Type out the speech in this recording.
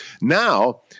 Now